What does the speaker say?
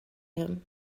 him